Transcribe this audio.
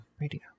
radio